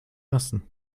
lassen